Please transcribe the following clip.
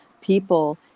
people